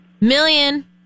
million